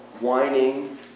whining